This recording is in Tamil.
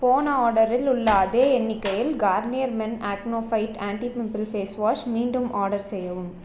போன ஆர்டரில் உள்ள அதே எண்ணிக்கையில் Garnier men acno fight anti pimple face wash மீண்டும் ஆர்டர் செய்யவும்